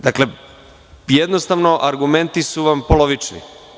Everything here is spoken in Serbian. Dakle, jednostavno, argumenti su vam polovični.